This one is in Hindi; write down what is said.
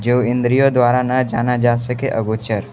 जो इंद्रियों द्वारा ना जाना जा सके अगोचर